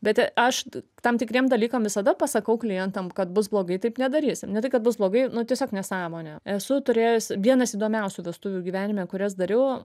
bet aš tam tikriem dalykam visada pasakau klientam kad bus blogai taip nedarysim ne tai kad blogai nu tiesiog nesąmonė esu turėjusi vienas įdomiausių vestuvių gyvenime kurias dariau